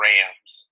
Rams